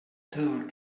told